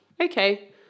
okay